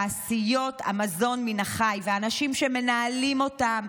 תעשיות המזון מן החי והאנשים שמנהלים אותן,